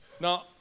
now